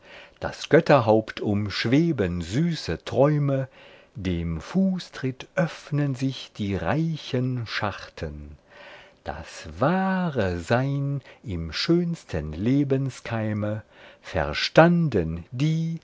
das götterhaupt umschweben süße träume dem fußtritt öffnen sich die reichen schachten das wahre sein im schönsten lebenskeime verstanden die